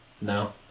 No